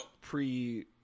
pre